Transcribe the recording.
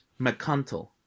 McConnell